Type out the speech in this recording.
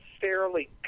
fairly